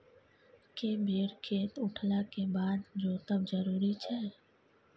के बेर खेत उठला के बाद जोतब जरूरी छै?